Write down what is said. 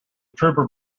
trooper